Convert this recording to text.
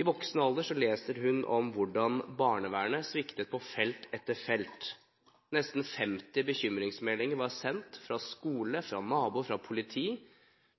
I voksen alder leser hun om hvordan barnevernet sviktet på felt etter felt – nesten 50 bekymringsmeldinger var sendt fra skole, nabo og politi,